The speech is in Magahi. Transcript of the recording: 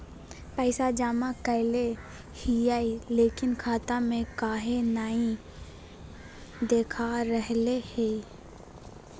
पैसा जमा कैले हिअई, लेकिन खाता में काहे नई देखा रहले हई?